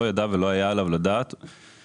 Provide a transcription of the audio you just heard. לא ידע ולא היה עליו לדעת עליהן,